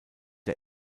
der